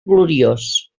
gloriós